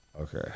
Okay